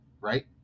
Right